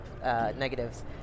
negatives